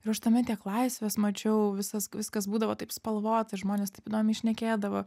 ir aš tame tiek laisvės mačiau visas viskas būdavo taip spalvota ir žmonės taip įdomiai šnekėdavo